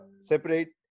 separate